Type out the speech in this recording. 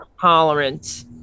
tolerant